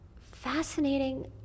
fascinating